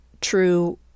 true